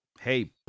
hey